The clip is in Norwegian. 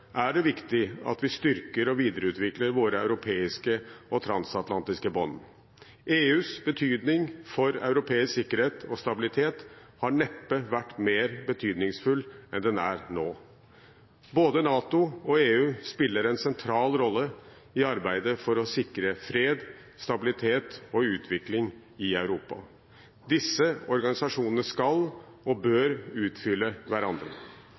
er det viktig at vi styrker og videreutvikler våre europeiske og transatlantiske bånd. EUs betydning for europeisk sikkerhet og stabilitet har neppe vært mer betydningsfull enn den er nå. Både NATO og EU spiller en sentral rolle i arbeidet for å sikre fred, stabilitet og utvikling i Europa. Disse organisasjonene skal og bør utfylle hverandre.